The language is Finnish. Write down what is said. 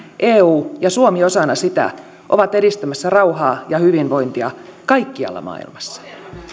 eu ja suomi osana sitä ovat edistämässä rauhaa ja hyvinvointia kaikkialla maailmassa